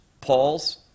Paul's